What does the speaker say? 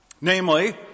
Namely